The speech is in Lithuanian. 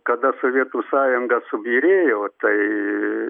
kada sovietų sąjunga subyrėjo tai